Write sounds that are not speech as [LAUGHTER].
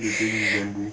[NOISE]